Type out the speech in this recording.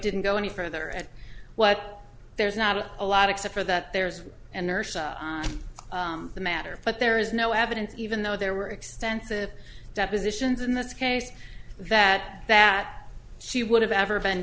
didn't go any further and what there's not a lot except for that there's a nurse in the matter but there is no evidence even though there were extensive depositions in this case that that she would have ever been